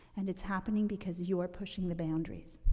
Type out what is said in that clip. and it's happening because you're pushing the boundaries.